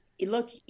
Look